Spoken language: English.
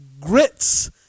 Grits